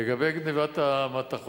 לגבי גנבת המתכות,